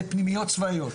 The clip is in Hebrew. זה פנימיות צבאיות.